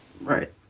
Right